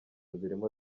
zirimo